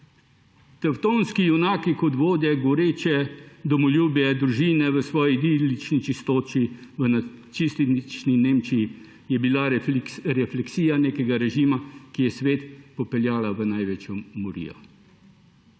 Tevtonski junaki kot vodje, goreče domoljubje, družine v svoji idilični čistoči v nacistični Nemčiji je bila refleksija nekega režima, ki je svet popeljala v največjo morijo.